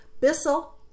Bissell